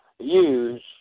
use